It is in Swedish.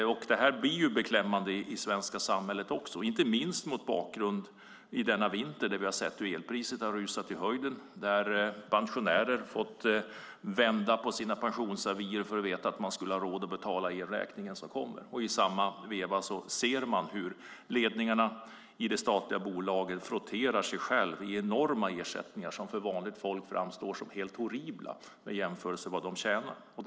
Det blir beklämmande i det svenska samhället också, inte minst mot bakgrund av denna vinter, då vi har sett elpriset rasa i höjden och pensionärer har fått vända på sina pensionsavier för att ha råd att betala elräkningen. I samma veva ser man hur ledningarna i de statliga bolagen frotterar sig själva i enorma ersättningar som för vanliga människor framstår som helt horribla i relation till vad de själva tjänar.